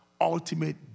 ultimate